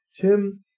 Tim